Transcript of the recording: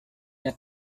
not